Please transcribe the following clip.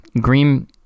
green